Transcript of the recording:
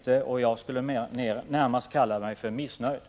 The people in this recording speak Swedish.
Jag är, som jag hellre vill kalla det, missnöjd.